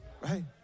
Right